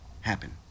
happen